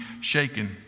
shaken